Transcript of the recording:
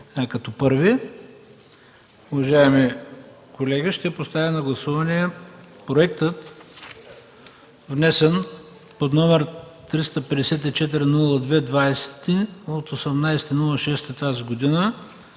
като първи, уважаеми колеги, ще поставя на гласуване Проекта, внесен под № 354-02-20 от 18 юни тази година